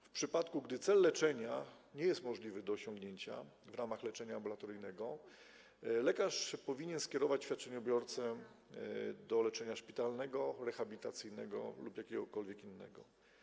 W przypadku gdy cel leczenia nie jest możliwy do osiągnięcia w ramach leczenia ambulatoryjnego, lekarz powinien skierować świadczeniobiorcę do leczenia szpitalnego, rehabilitacyjnego lub jakiegokolwiek innego.